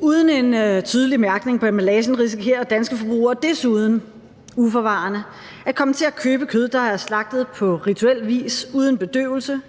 Uden en tydelig mærkning på emballagen risikerer danske forbrugere desuden uforvarende at komme til at købe kød, der er slagtet på rituel vis uden bedøvelse,